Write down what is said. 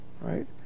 Right